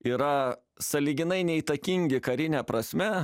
yra sąlyginai neįtakingi karine prasme